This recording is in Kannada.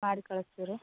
ಮಾಡಿ ಕಳ್ಸ್ತೀವಿ ರೀ